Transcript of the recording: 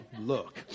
look